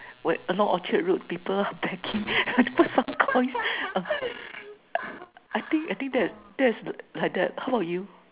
where a lot Orchard Road people begging to put some coins I think I think that that's like that how about you